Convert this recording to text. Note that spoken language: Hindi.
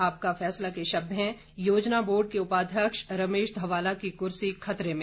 आपका फैसला के शब्द हैं योजना बोर्ड के उपाध्यक्ष रमेश धवाला की कुर्सी खतरे में